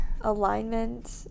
alignment